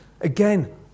Again